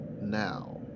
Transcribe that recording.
now